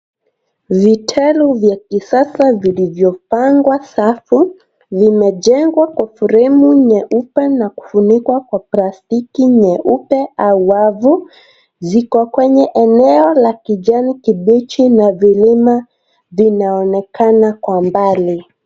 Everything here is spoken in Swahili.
Vitalu vya kisasa vilivyopangwa safu vimejengwa kwa fremu nyeupe na kufunikwa kwa plastiki nyeupe au wavu. Ziko kwenye eneo la kijani kibichi na vilima vinaonekana kwa mbali.